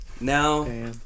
Now